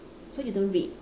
so you don't read